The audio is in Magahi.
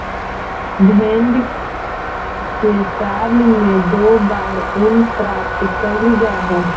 भेंड से साल में दो बार ऊन प्राप्त कैल जा हइ